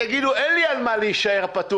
יגידו: אין לי על מה להישאר פתוח,